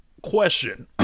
question –